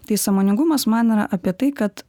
tai sąmoningumas man yra apie tai kad